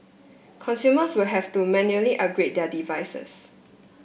consumers will have to manually upgrade their devices